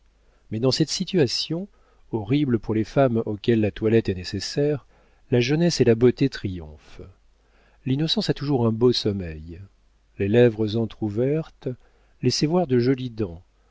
mais dans cette situation horrible pour les femmes auxquelles la toilette est nécessaire la jeunesse et la beauté triomphent l'innocence a toujours un beau sommeil les lèvres entr'ouvertes laissaient voir de jolies dents